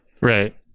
Right